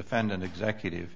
defendant executive